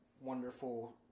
wonderful